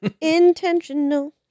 Intentional